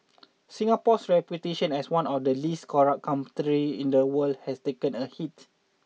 Singapore's reputation as one of the least corrupt countries in the world has taken a hit